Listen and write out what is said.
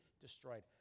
destroyed